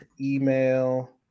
email